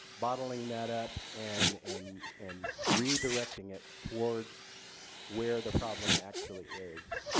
bottling that up and and and redirecting it towards where the problem actually is.